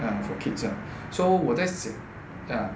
ya for kids ah so 我在